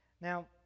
Now